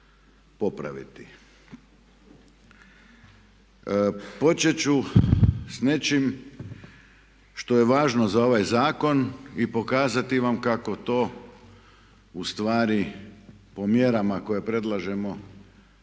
popraviti. Početi ću s nečim što je važno za ovaj zakon i pokazati vam kako to ustvari po mjerama koje predlažemo